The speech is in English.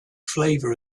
flavour